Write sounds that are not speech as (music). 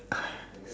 (breath)